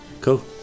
Cool